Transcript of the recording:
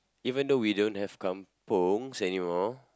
even though we don't have kampungs anymore